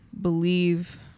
believe